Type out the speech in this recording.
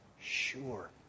sure